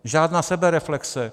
Žádná sebereflexe.